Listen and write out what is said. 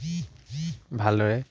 ভালদৰে